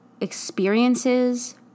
experiences